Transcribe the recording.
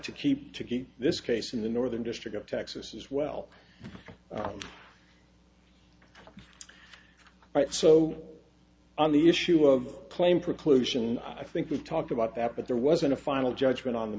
to keep to keep this case in the northern district of texas as well right so all on the issue of claim preclusion i think we've talked about that but there wasn't a final judgment on the